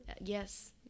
yes